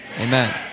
Amen